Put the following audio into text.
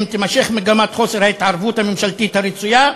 אם תימשך מגמת חוסר ההתערבות הממשלתית הרצויה,